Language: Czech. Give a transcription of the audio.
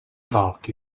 války